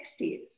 60s